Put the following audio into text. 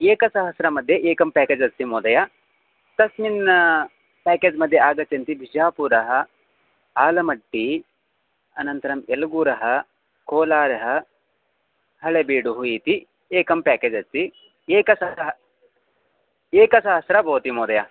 एकसहस्रं मध्ये एकं पेकेज् अस्ति महोदय तस्मिन् पेकेज् मध्ये आगच्छ न्ति बिजापुरः आलमट्टि अनन्तरम् एलुगुरः कोलारः हलेबीडुः इति एकं पेकेज् अस्ति एकसहस्रम् एकसहस्रं भवति महोदय